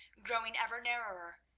growing ever narrower,